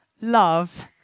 love